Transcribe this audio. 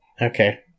Okay